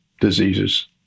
diseases